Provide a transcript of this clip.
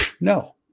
no